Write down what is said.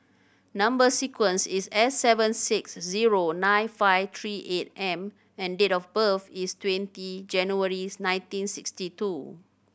number sequence is S seven six zero nine five three eight M and date of birth is twenty January nineteen sixty two